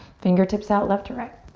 fingertips out left to right.